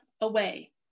away